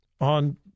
on